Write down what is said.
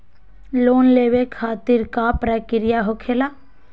Loan लेवे खातिर का का प्रक्रिया होखेला?